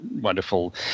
wonderful